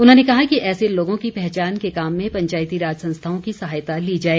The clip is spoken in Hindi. उन्होंने कहा कि ऐसे लोगों की पहचान के काम में पंचायती राज संस्थाओं की सहायता ली जाए